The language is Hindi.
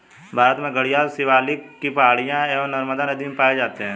भारत में घड़ियाल शिवालिक की पहाड़ियां एवं नर्मदा नदी में पाए जाते हैं